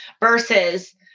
versus